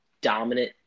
dominant